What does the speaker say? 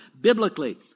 biblically